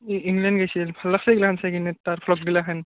ই England গৈছিল ভাল লাগিছে সেইগিলাখেন চাই কিনে তাৰ ব্লকগিলাখেন